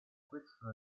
questo